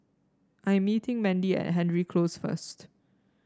I am meeting Mandy at Hendry Close first